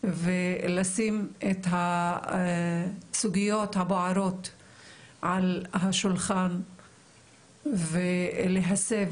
ולשים את הסוגיות הבוערות על השולחן להסב